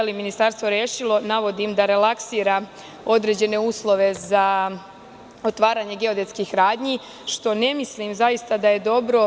Onda je ministarstvo rešilo navodim, da relaksira određene uslove za otvaranje geodetskih radnji, što ne mislim da je dobro.